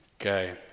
Okay